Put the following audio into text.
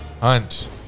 hunt